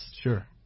Sure